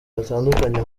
batandukanye